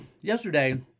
yesterday